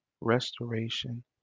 restoration